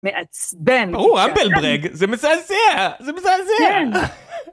מעצבן. ברור, האמבל בראג זה מזעזע. זה מזעזע.